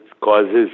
causes